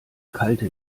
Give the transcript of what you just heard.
kalte